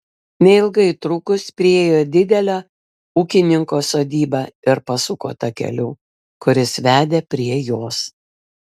neilgai trukus priėjo didelę ūkininko sodybą ir pasuko takeliu kuris vedė prie jos